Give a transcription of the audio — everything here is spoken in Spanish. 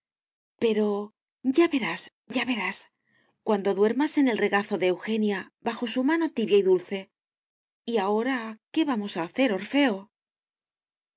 pero ya verás ya verás cuando duermas en el regazo de eugenia bajo su mano tibia y dulce y ahora qué vamos a hacer orfeo